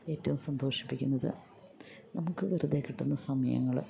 ഏറ്റവും സന്തോഷിപ്പിക്കുന്നത് നമുക്ക് വെറുതെ കിട്ടുന്ന സമയങ്ങൾ